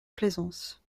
plaisance